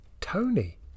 Tony